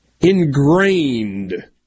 Ingrained